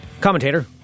commentator